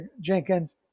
Jenkins